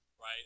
right